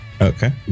Okay